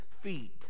feet